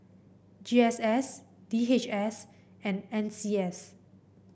G S S D H S and N C S